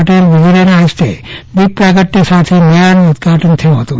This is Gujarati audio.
પટેલે વિગેરેનાહસ્તે દીપ પ્રાગટય સાથે મેળાનું ઉદઘાટન થયું હતું